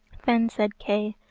then said kay,